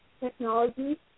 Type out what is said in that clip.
technology